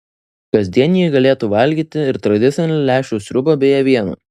kasdien ji galėtų valgyti ir tradicinę lęšių sriubą bei avieną